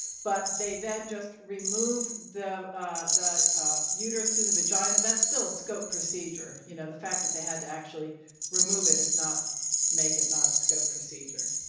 but they then just remove the ah the ah uterus through the vagina, that's still a scope procedure. you know, the fact that they had to actually remove it it's not make it not a scope procedure.